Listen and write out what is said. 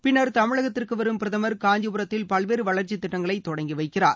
பின்னா தமிழகத்திற்கு வரும் பிரதமா காஞ்சிபுரத்தில் பல்வேறு வளர்ச்சி திட்டத்தை தொடங்கி வைக்கிறார்